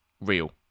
real